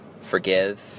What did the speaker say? forgive